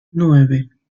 nueve